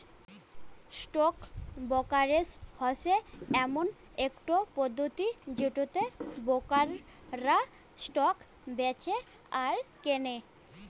stock brokerage হসে এমন একটো পদ্ধতি যেটোতে ব্রোকাররা স্টক বেঁচে আর কেনে